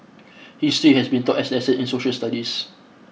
history has been taught as lessons in social studies